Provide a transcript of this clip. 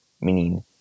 meaning